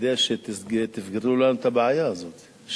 כדי שתסגרו לנו את הבעיה הזאת.